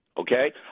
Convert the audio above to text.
okay